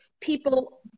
people